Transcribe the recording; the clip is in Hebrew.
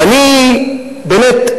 ואני באמת,